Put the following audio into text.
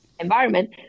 environment